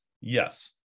yes